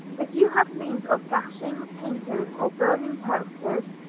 if you have means of gashing, painting or burning characters,